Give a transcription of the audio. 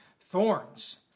thorns